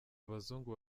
abazungu